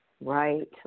right